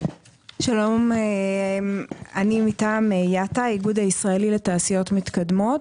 שלום אני מטעם יטה האיגוד הישראלי לתעשיות מתקדמות,